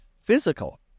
physical